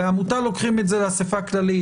בעמותה לוקחים את זה לאסיפה הכללית.